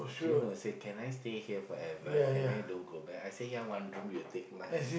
June will say can I stay here forever can I don't go back I say ya one room you take lah